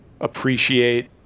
appreciate